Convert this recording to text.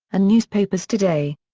and newspapers today.